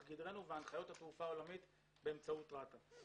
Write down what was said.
גדרנו והנחיות התעופה העולמית באמצעות רת"א.